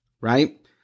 Right